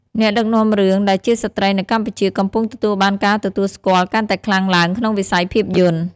អ្នកដឹកនាំរឿងដែលជាស្ត្រីនៅកម្ពុជាកំពុងទទួលបានការទទួលស្គាល់កាន់តែខ្លាំងឡើងក្នុងវិស័យភាពយន្ត។